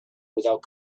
without